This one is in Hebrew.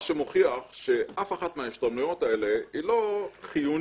מה שמוכיח שאף אחת מההשתלמויות האלה לא חיונית